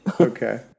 Okay